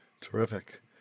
Terrific